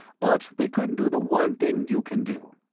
but they couldn't do the one thing you can do.